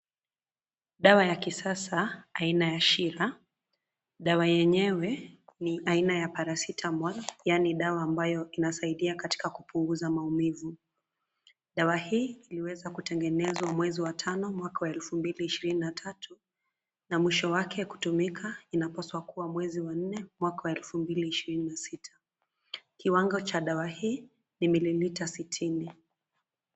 Dawa ya kisasa aina ya shira. Dawa yenyewe ni aina ya paracetamol yani dawa ambayo inasaidia katika kupunguza maumivu. Dawa hii iliweza kutengenezwa mwezi wa tano mwaka wa elfu mbili ishirini na tatu na mwisho wake kutumika inapasa kuwa mwezi wa nne mwaka wa elfu mbili ishirini na sita. Kiwango cha dawa hii ni mililita sitini.